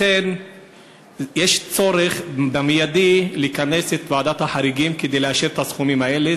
לכן יש צורך מיידי לכנס את ועדת החריגים כדי לאשר את הסכומים האלה,